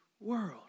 world